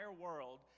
world